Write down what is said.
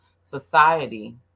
society